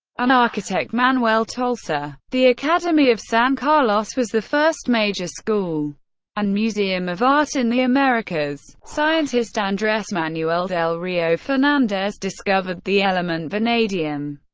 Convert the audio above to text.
and architect manuel tolsa. the academy of san carlos was the first major school and museum of art in the americas. scientist andres manuel del rio fernandez discovered the element vanadium.